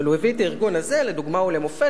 אבל הוא הביא את הארגון הזה לדוגמה ולמופת